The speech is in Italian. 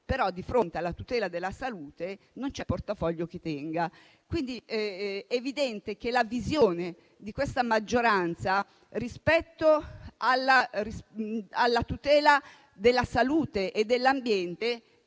di fronte alla tutela della salute non c'è portafoglio che tenga. È quindi evidente che la visione di questa maggioranza rispetto alla tutela della salute e dell'ambiente